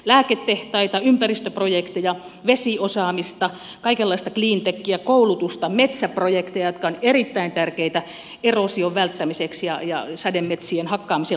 lääketehtaita ympäristöprojekteja vesiosaamista kaikenlaista cleantechiä koulutusta metsäprojekteja jotka ovat erittäin tärkeitä eroosion välttämiseksi ja sademetsien hakkaamisen lopettamiseksi